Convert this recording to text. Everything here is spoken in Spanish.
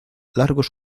largos